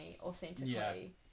authentically